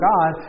God